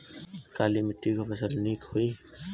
काली मिट्टी क फसल नीक होई?